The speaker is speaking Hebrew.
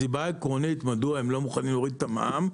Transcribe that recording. הסיבה העקרונית לזה מדוע הם לא מוכנים להוריד את המע"מ,